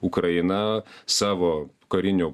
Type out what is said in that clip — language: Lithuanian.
ukraina savo karinių